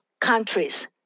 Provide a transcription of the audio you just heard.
countries